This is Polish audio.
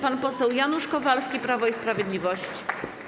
Pan poseł Janusz Kowalski, Prawo i Sprawiedliwość.